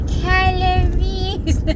calories